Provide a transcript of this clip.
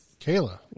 kayla